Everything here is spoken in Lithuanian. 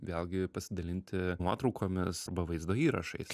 vėlgi pasidalinti nuotraukomis arba vaizdo įrašais